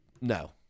No